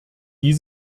die